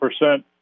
percent